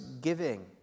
giving